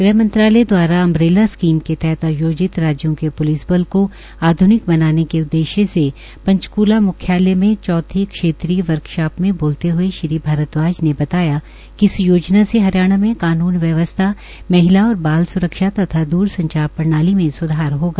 गृह मंत्रालय दवारा अम्बरेला के तहत आयोजित राज्यों के प्लिस बल को आध्निक बनाने के स्कीम उद्देश्य से पंचकूला मुख्यालय में चौथी क्षेत्रीय वर्कशाप मे बोलते हए श्री भारदवाज ने बताया कि इस योजना से हरियाणा में कानून व्यवस्था महिला और बाल स्रक्षा तथा द्र संचार प्रणाली में स्धार होगा